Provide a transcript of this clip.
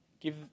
Give